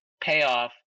payoff